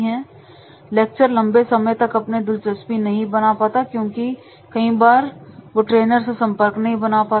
lecture में प्रतिभा की कमी रहती है क्योंकि वह ज्यादा लंबे समय तक अपने दिलचस्पी नहीं बना पाता क्योंकि कई बार गो ट्रेनर से संपर्क नहीं बना पाते